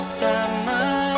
summer